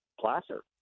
Placer